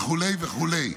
וכולי וכולי.